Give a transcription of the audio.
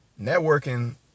networking